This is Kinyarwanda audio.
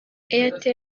airtel